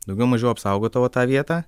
daugiau mažiau apsaugo tavo tą vietą